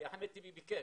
כי אחמד טיבי ביקש.